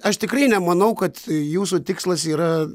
aš tikrai nemanau kad jūsų tikslas yra